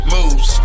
Moves